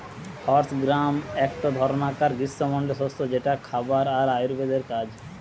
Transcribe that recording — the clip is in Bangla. হর্স গ্রাম একটো ধরণকার গ্রীস্মমন্ডলীয় শস্য যেটা খাবার আর আয়ুর্বেদের কাজ